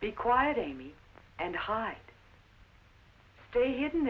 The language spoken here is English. be quiet amy and hide stay hidden